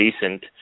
decent